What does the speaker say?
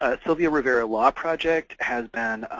ah sylvia rivera law project has been